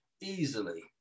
easily